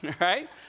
right